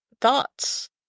Thoughts